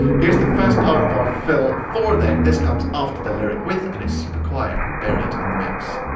here's the first part of our fill four then. this comes after the lyric with and it's super quiet and buried in the mix.